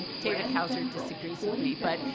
david hauser disagrees with me. but,